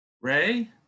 ray